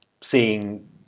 seeing